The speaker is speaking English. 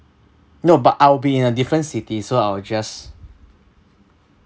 no but I'll be in a different city so I will just